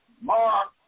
Mark